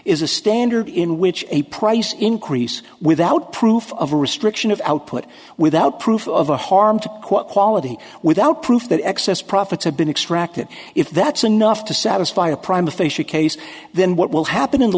is a standard in which a price increase without proof of restriction of output without proof of a harm to quote quality without proof that excess profits have been extracted if that's enough to satisfy a primal facie case then what will happen in the